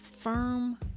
firm